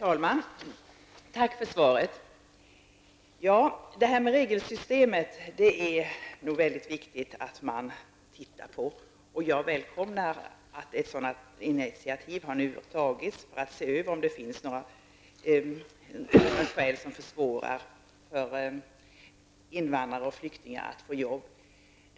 Herr talman! Tack för svaret. Det är väldigt viktigt att man ser över regelsystemet. Jag välkomnar ett sådant initiativ, som nu har tagits för att se om det finns paragrafer som försvårar för invandrare och flyktingar att få jobb.